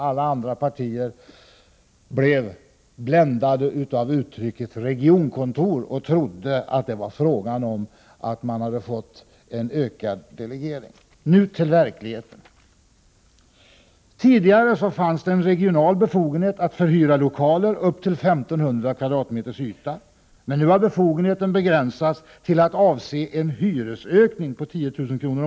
Alla andra partier blev bländade av uttrycket regionkontor, och de trodde att det var fråga om en ökad delegering. Men så blev det inte i verkligheten. Tidigare fanns det en regional befogenhet att förhyra lokaler med upp till 1 500 m? yta. Men nu har befogenheten begränsats till att avse en hyresökning på 10 000 kr.